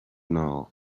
now